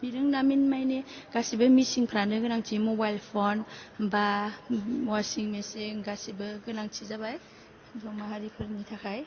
बिरोंदामिन माने गासिबो मेसिनफ्रानो गोनांथि मबाइल फन बा अवासिं मेसिन गासिबो गोनांथि जाबाय हिन्जाव माहारिफोरनि थाखाय